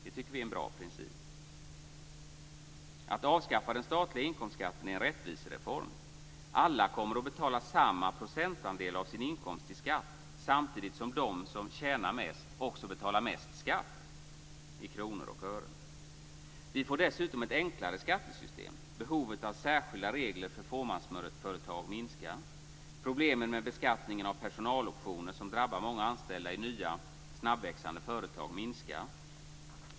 Det tycker vi är en bra princip. Att avskaffa den statliga inkomstskatten är en rättvisereform. Alla kommer att betala samma procentandel av sin inkomst i skatt, samtidigt som de som tjänar mest också betalar mest skatt i kronor och ören. Vi får dessutom ett enklare skattesystem. Behovet av särskilda regler för fåmansföretag minskar. Problemen med beskattningen av personaloptioner, som drabbar många anställda i nya, snabbväxande företag, minskar.